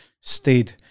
stayed